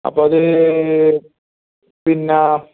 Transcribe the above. അപ്പോൾ അത് പിന്നെ